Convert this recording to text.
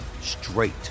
straight